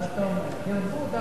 צריכים להתרגל שאנחנו קרובים.